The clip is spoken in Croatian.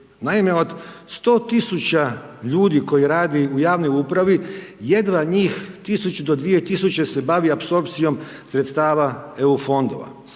Naime, od 100 000 ljudi koji rade u javnoj upravi, jedva njih 1000 do 2000 se bavi apsorpcijom sredstava Eu fondova.